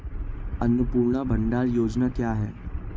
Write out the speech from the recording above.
अन्नपूर्णा भंडार योजना क्या है?